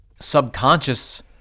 subconscious